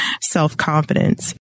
self-confidence